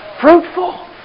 Fruitful